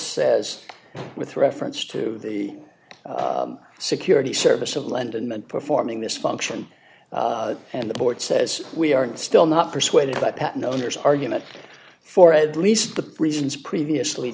says with reference to the security service of land and performing this function and the board says we are still not persuaded by patent owners argument for at least the reasons previously